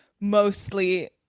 mostly